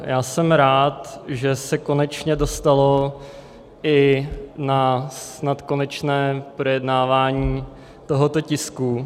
Já jsem rád, že se konečně dostalo i na snad konečné projednávání tohoto tisku.